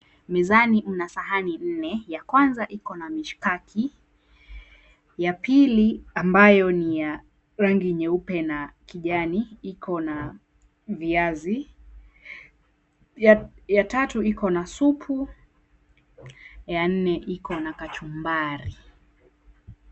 Mezani mna sahani nne ya kwanza iko na mishikaki ya pili ambayo ni ya rangi nyeupe na kijani iko na viazi, ya tatu iko na supu, ya nne iko na kachumbari.